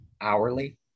hourly